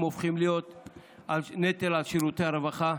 הם הופכים להיות נטל על שירותי הרווחה.